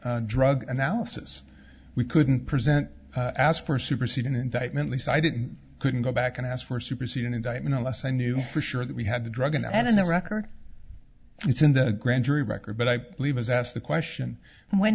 drug analysis we couldn't present asked for superseding indictment least i didn't couldn't go back and ask for superseding indictment unless i knew for sure that we had the drug and i did not record it's in the grand jury record but i plead was asked the question when